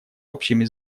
общими